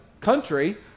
country